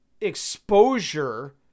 exposure